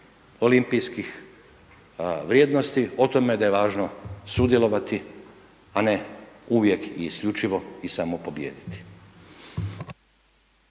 olimpijskih vrijednosti o tome da je važno sudjelovati a ne uvijek i isključivo i samo pobijediti.